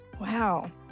Wow